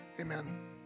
Amen